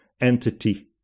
entity